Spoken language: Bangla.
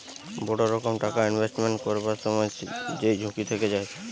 বড় রকম টাকা ইনভেস্টমেন্ট করবার সময় যেই ঝুঁকি থেকে যায়